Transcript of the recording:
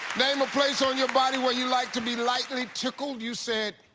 name a place on your body where you like to be lightly tickled. you said.